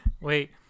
Wait